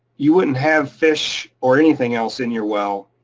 you wouldn't have fish or anything else in your well.